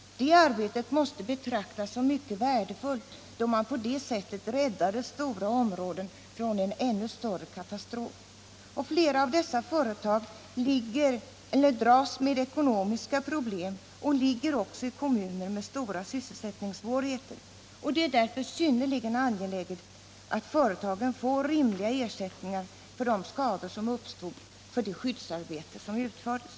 Det arbetet måste betraktas som mycket värdefullt, då man på det sättet räddade stora områden från en ännu större katastrof. Flera av dessa företag dras nu med ekonomiska = Nr 17 problem och ligger i kommuner med stora sysselsättningssvårigheter. Torsdagen den Det är därför synnerligen angeläget att företagen får rimliga ersättningar 27 oktober 1977 för de skador som uppstod och för det skyddsarbete som utfördes.